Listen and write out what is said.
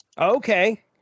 Okay